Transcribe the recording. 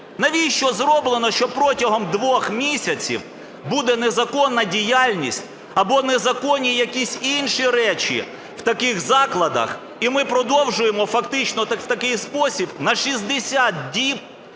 Навіщо зроблено, що протягом двох місяців буде незаконна діяльність або незаконні якісь інші речі в таких закладах і ми продовжуємо фактично в такий спосіб на 60 діб